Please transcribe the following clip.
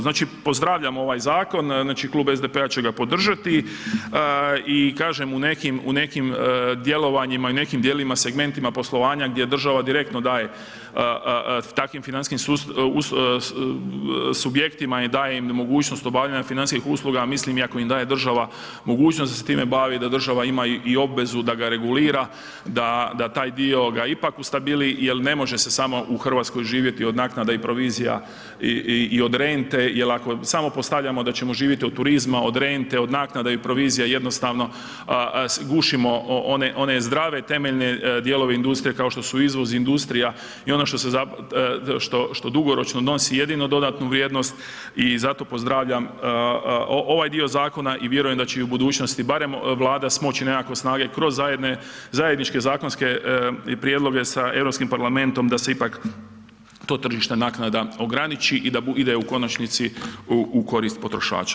Znači, pozdravljam ovaj zakon, znači Klub SDP-a će ga podržati i kažem, u nekim djelovanjima i neki dijelima segmentima poslovanja gdje država direktno daje takvim financijskim subjektima daje mogućnost obavljanja financijskih usluga, mislim, iako im daje država mogućnost da se time bave, da država ima i obvezu da ga regulira, da taj dio ga ipak ustabili jer ne može se samo u Hrvatskoj živjeti od naknada i provizija i od rente jer ako samo postavljamo da ćemo živjeti od turizma, od rente, od naknada i provizija, jednostavno gušimo one zdrave temelje dijelove industrije, kao što su izvoz, industrija i ono što dugoročno nosi jedino dodatnu vrijednost i zato pozdravljam ovaj dio zakona i vjerujem da će i u budućnosti barem Vlada smoći nekako snage kroz zajedničke zakonske prijedloge sa EU parlamentom da se ipak to tržište naknada ograniči i da ide u konačnici u korist potrošača.